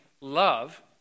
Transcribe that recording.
love